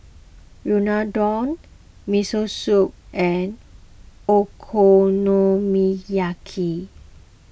Unadon Miso Soup and Okonomiyaki